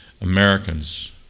Americans